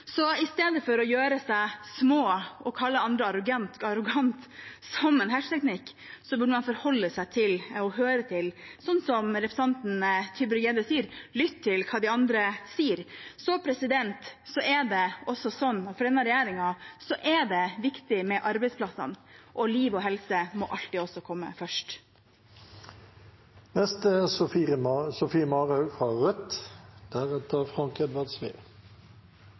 Så i stedet for å gjøre seg små og kalle andre arrogante, som en hersketeknikk, burde man forholde seg til og – slik som representanten Tybring-Gjedde sier – lytte til hva de andre sier. Så er det også slik at for denne regjeringen er det viktig med arbeidsplassene, og liv og helse må også alltid komme først.